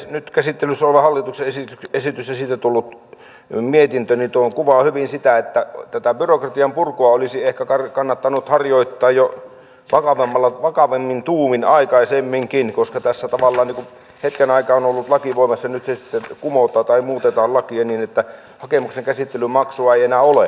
nyt käsittelyssä oleva hallituksen esitys ja siitä tullut mietintö kuvaavat hyvin sitä että tätä byrokratian purkua olisi ehkä kannattanut harjoittaa jo vakavammin tuumin aikaisemminkin koska tässä tavallaan hetken aikaa on ollut laki voimassa nyt se sitten kumotaan tai muutetaan lakia niin että hakemuksen käsittelymaksua ei enää ole